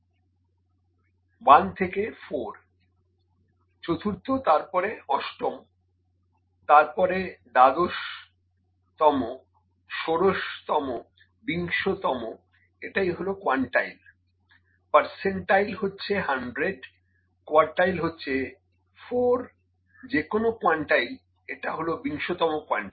1 থেকে 4 চতুর্থ তারপর অষ্টম তারপরে দ্বাদশতম ষোড়শতম বিংশতম এটাই হলো কোয়ানটাইল পার্সেন্টাইল হচ্ছে 100 কোয়ার্টাইল হচ্ছে 4 যে কোনো কোয়ানটাইল এটা হলো বিংশতম কোয়ানটাইল